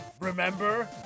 Remember